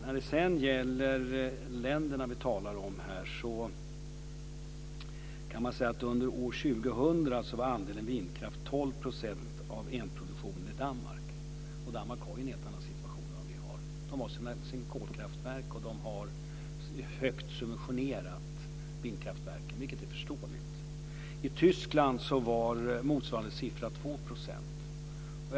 När det sedan gäller de länder som vi talar om här var andelen vindkraft 12 % av elproduktionen i Danmark år 2000. Danmark har en helt annan situation än vad vi har. De har sina kolkraftverk och de har högt subventionerade vindkraftverk, vilket är förståeligt. I Tyskland var motsvarande siffra 2 %.